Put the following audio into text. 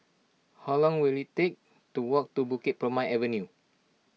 how long will it take to walk to Bukit Purmei Avenue